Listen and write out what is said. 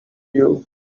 you